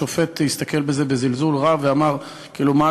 השופט הסתכל על זה בזלזול רב ואמר: כאילו מה,